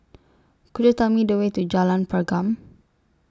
Could YOU Tell Me The Way to Jalan Pergam